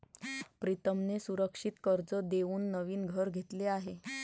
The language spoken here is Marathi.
प्रीतमने सुरक्षित कर्ज देऊन नवीन घर घेतले आहे